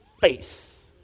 face